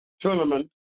Tournament